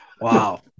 Wow